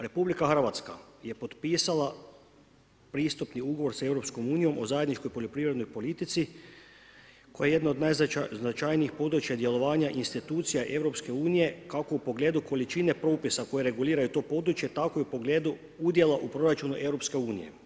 RH je potpisala pristupni ugovor sa EU o zajedničkoj poljoprivrednoj politici koja je jedna od najznačajnijih područja djelovanja, institucija EU, kako u pogledu količine propisa koji reguliraju to područje, tako u pogledu udjela u proračunu EU.